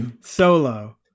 Solo